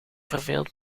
verveeld